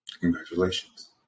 Congratulations